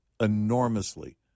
enormously